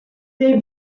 they